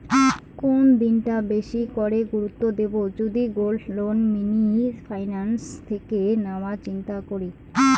কোন দিকটা বেশি করে গুরুত্ব দেব যদি গোল্ড লোন মিনি ফাইন্যান্স থেকে নেওয়ার চিন্তা করি?